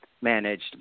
managed